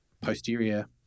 posterior